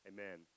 Amen